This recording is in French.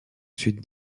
sud